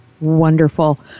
wonderful